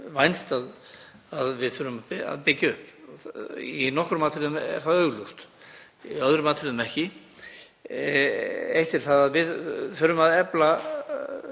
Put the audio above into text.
vænst að þurfa að byggja upp. Í nokkrum atriðum er það augljóst en í öðrum atriðum ekki. Eitt er það að við þurfum að efla